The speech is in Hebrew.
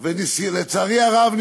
ולצערי הרב,